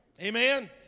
Amen